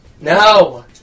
No